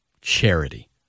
charity